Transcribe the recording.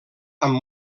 amb